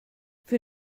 für